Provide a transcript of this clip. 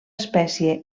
espècie